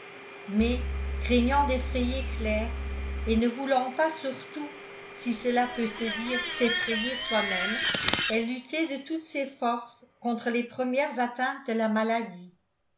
mais craignant d'effrayer claire et ne voulant pas surtout si cela peut se dire s'effrayer soi-même elle luttait de toutes ses forces contre les premières atteintes de la maladie